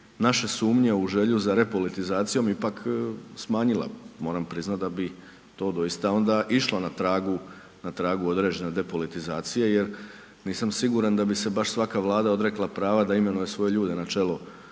naša sumnje u želju za repolitizacijom ipak smanjila, moram priznat da bi to doista onda išlo na tragu određene depolitizacije jer nisam siguran da bi se baš svaka Vlada odrekla prava da imenuje svoje ljude na čelo upravnih